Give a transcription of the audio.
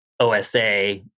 OSA